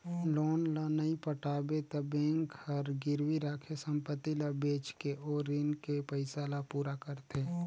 loan ल नइ पटाबे त बेंक हर गिरवी राखे संपति ल बेचके ओ रीन के पइसा ल पूरा करथे